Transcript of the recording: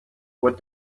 what